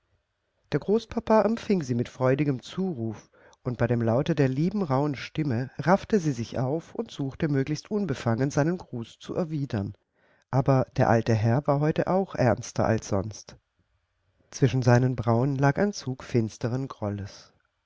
der großpapa empfing sie mit freudigem zuruf und bei dem laute der lieben rauhen stimme raffte sie sich auf und suchte möglichst unbefangen seinen gruß zu erwidern aber der alte herr war heute auch ernster als sonst zwischen seinen brauen lag ein zug finsteren grolles